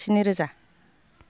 स्निरोजा